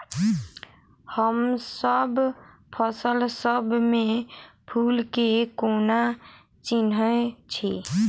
हमसब फसल सब मे फूल केँ कोना चिन्है छी?